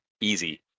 Easy